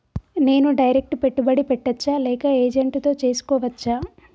నేను డైరెక్ట్ పెట్టుబడి పెట్టచ్చా లేక ఏజెంట్ తో చేస్కోవచ్చా?